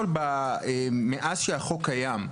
מאז שהחוק הקיים,